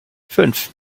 fünf